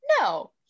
no